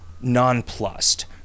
nonplussed